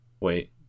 Wait